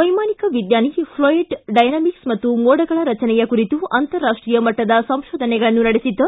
ವ್ಯೆಮಾನಿಕ ವಿಜ್ಞಾನಿ fluid dynamics ಮತ್ತು ಮೋಡಗಳ ರಚನೆಯ ಕುರಿತು ಅಂತರಾಷ್ಟೀಯ ಮಟ್ಟದ ಸಂಶೋಧನೆಗಳನ್ನು ನಡೆಸಿದ್ದ